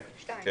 כן.